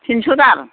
थिनस' दाल